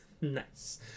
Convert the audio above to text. Nice